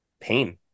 pain